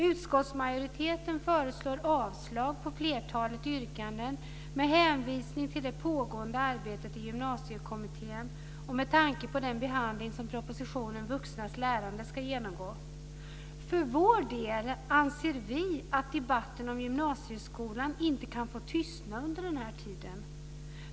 Utskottsmajoriteten föreslår avslag på flertalet yrkanden med hänvisning till det pågående arbetet i Gymnasiekommittén och med tanke på den behandling som propositionen Vuxnas lärande ska genomgå. För vår del anser vi att debatten om gymnasieskolan inte kan få tystna under den här tiden.